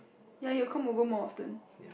ya you'll come over more often